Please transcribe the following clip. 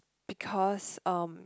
because um